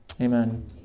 Amen